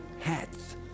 hats